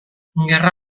gerra